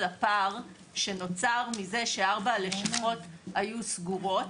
הפער שנוצר מזה שארבע לשכות היו סגורות,